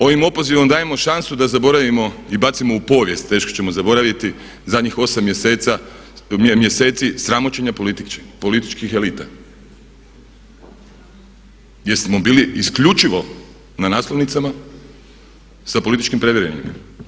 Ovim opozivom dajemo šansu da zaboravimo i bacimo u povijest, teško ćemo zaboraviti zadnjih 8 mjeseci sramoćenja političkih elita jer smo bili isključivo na naslovnicama sa političkim previranjima.